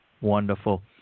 Wonderful